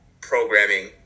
programming